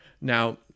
Now